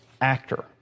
actor